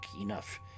enough